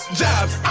jobs